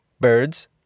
Birds